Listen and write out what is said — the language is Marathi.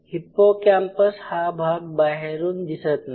हिप्पोकॅम्पस हा भाग बाहेरून दिसत नाही